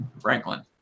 Franklin